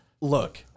Look